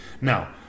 Now